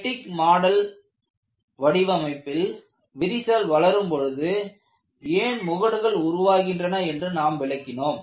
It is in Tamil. பெட்டிக் மாடல் வடிவமைப்பில் விரிசல் வளரும் பொழுது ஏன் முகடுகள் உருவாகின்றன என்று நாம் விளக்கினோம்